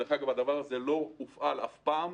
דרך אגב, הדבר הזה לא הופעל אף פעם,